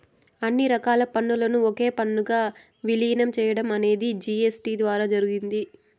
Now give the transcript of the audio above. అన్ని రకాల పన్నులను ఒకే పన్నుగా విలీనం చేయడం అనేది జీ.ఎస్.టీ ద్వారా జరిగింది